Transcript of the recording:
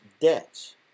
debts